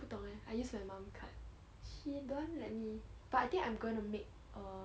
不懂诶 I use my mum card she don't want let me but I think I'm gonna make a